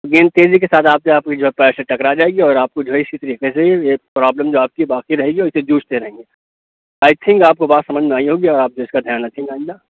گیند تیزی کے ساتھ آپ کے جو ہے پیر سے ٹکرا جائے گی اور آپ کو جو ہے اِسی طریقے سے یہ یہ پرابلم جو آپ کی باقی رہے گی اور اِسے جوجھتے رہیں گے آئی تھنگ آپ کو بات سمجھ میں آئی ہوگی اور آپ جو ہے اِس کا دھیان رکھیں گے آئندہ